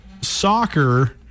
soccer